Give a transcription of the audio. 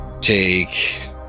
take